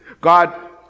God